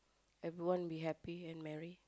everyone be happy and marry